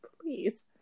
Please